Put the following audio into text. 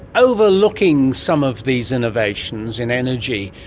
overlooking some of these innovations in energy,